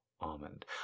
almond